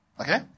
Okay